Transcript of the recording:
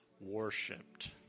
worshipped